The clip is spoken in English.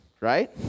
right